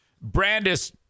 Brandis